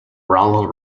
ronald